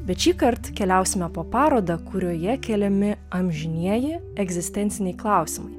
bet šįkart keliausime po parodą kurioje keliami amžinieji egzistenciniai klausimai